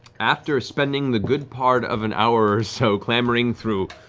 after spending the good part of an hour or so clamoring through,